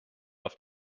auf